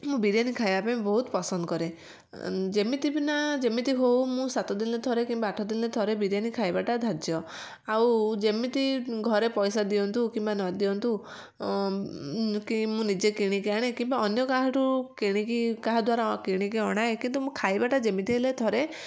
ମୁଁ ବିରିୟାନି ଖାଇବା ପାଇଁ ବହୁତ ପସନ୍ଦ କରେ ଯେମିତି ବି ନା ଯେମିତି ହଉ ମୁଁ ସାତ ଦିନରେ ଥରେ କିମ୍ବା ଆଠ ଦିନରେ ଥରେ ବିରିୟାନି ଖଇବାଟା ଧାର୍ଯ୍ୟ ଆଉ ଯେମିତି ଘରେ ପଇସା ଦିଅନ୍ତୁ କିମ୍ବା ନ ଦିଅନ୍ତୁ କି ମୁଁ ନିଜେ କିଣିକି ଆଣେ କିମ୍ବା ଅନ୍ୟ କାହାଠୁ କିଣିକି କାହା ଦ୍ଵାରା କିଣିକି ଅଣାଏ କିନ୍ତୁ ମୁଁ ଖାଇବାଟା ଯେମିତି ହେଲେ ଥରେ